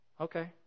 Okay